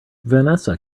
vanessa